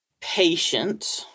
patient